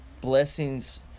blessings